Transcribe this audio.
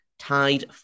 tied